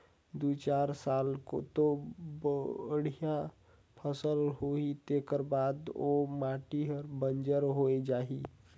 दू चार साल तो बड़िया फसल होही तेखर बाद ओ माटी हर बंजर होए जाही